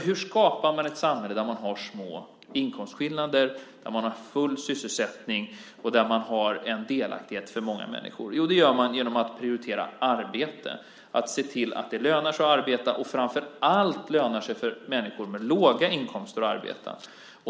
Hur skapar man ett samhälle där man har små inkomstskillnader, där man har full sysselsättning och där man har en delaktighet för många människor? Jo, det gör man genom att prioritera arbete, genom att se till att det lönar sig att arbeta och framför allt att det lönar sig för människor med låga inkomster att arbeta.